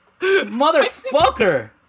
Motherfucker